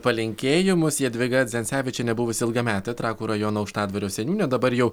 palinkėjimus jadvyga dzencevičienė buvusi ilgametė trakų rajono aukštadvario seniūnė dabar jau